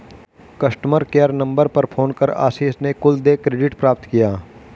customer care number पर phone कर आशीष ने कुल देय क्रेडिट प्राप्त किया